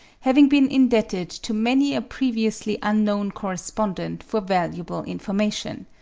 having been indebted to many a previously unknown correspondent for valuable information.